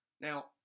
Now